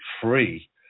free